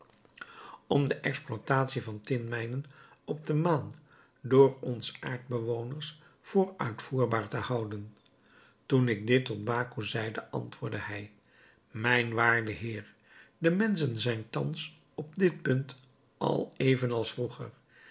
om de exploitatie van tinmijnen op de maan door ons aardbewoners voor uitvoerbaar te houden toen ik dit tot baco zeide antwoordde hij mijn waarde heer de menschen zijn thans op dit punt al even als vroeger